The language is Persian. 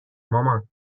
مامان